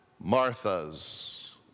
Marthas